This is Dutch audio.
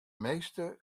meeste